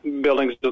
buildings